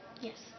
Yes